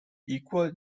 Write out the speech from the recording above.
equal